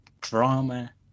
drama